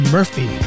Murphy